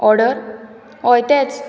order हय तेंच